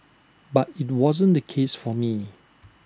but IT wasn't the case for me